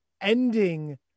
ending